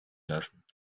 lassen